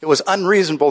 it was unreasonable to